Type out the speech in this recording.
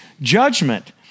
judgment